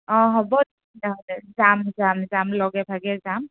অঁ হ'ব তেতিয়াহ'লে যাম যাম যাম লগে ভাগে যাম